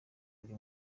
buri